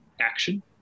action